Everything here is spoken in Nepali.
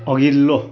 अघिल्लो